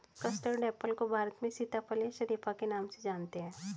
custard apple को भारत में सीताफल या शरीफा के नाम से जानते हैं